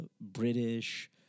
British